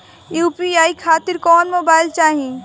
UPI खातिर कौन mobile चाहीं?